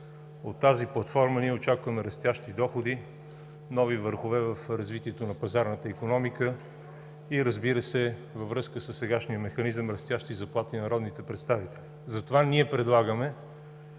От тази платформа ние очакваме растящи доходи, нови върхове в развитието на пазарната икономика и, разбира се, във връзка със сегашния механизъм – растящи заплати на народните представители. Затова ние предлагаме